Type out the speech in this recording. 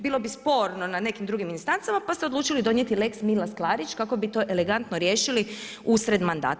Bilo bi sporno na nekim drugim instancama, pa ste odlučili donijeti lex Milas Klarić kako bi to elegantno riješili usred mandata.